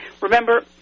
remember